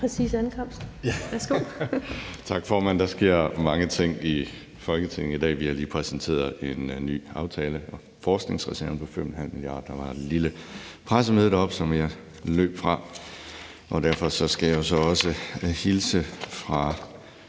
Ahrendtsen (DF): Tak, formand. Der sker mange ting i Folketinget i dag. Vi har lige præsenteret en ny aftale om forskningsreserven på 5,5 mia. kr., og der var et lille pressemøde deroppe, som jeg løb fra, og derfor skal jeg jo så også hilse fra